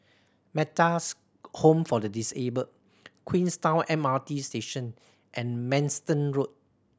Metta's Home for the Disabled Queenstown M R T Station and Manston Road